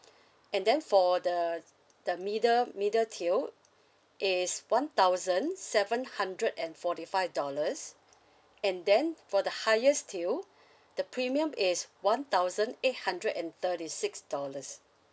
and then for the the middle middle tier it's one thousand seven hundred and forty five dollars and then for the highest tier the premium is one thousand eight hundred and thirty six dollars